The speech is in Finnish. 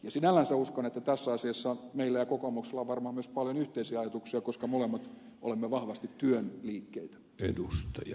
ja sinällänsä uskon että tässä asiassa meillä ja kokoomuksella on varmaan myös paljon yhteisiä ajatuksia koska molemmat olemme vahvasti työn liikkeitä